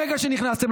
מהרגע שנכנסתם,